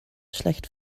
schlecht